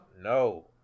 No